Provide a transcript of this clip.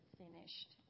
finished